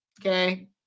Okay